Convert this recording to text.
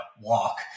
walk